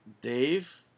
Dave